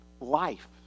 life